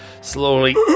slowly